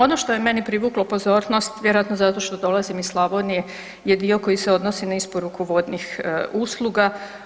Ono što je meni privuklo pozornost, vjerojatno zato što dolazim iz Slavonije je dio koji se odnosi na isporuku vodnih usluga.